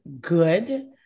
good